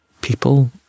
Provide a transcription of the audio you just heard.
people